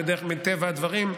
מטבע הדברים,